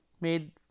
made